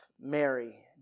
Mary